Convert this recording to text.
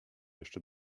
jeszcze